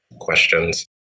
questions